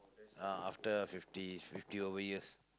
ah after fifty fifty over years